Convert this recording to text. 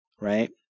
right